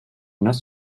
not